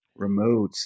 remotes